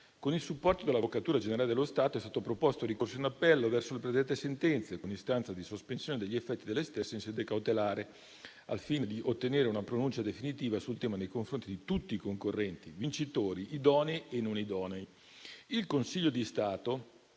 Con il supporto dell'Avvocatura generale dello Stato è stato proposto ricorso in appello verso le predette sentenze, con istanza di sospensione degli effetti delle stesse in sede cautelare, al fine di ottenere una pronuncia definitiva sul tema nei confronti di tutti i concorrenti (vincitori, idonei e non idonei). Il 15 febbraio